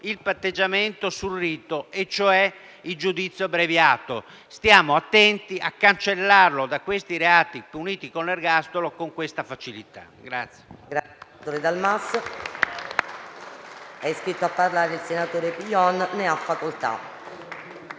il patteggiamento sul rito, e cioè il giudizio abbreviato. Stiamo attenti ad eliminarlo, per questi reati puniti con l'ergastolo, con questa facilità.